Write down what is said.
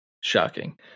Shocking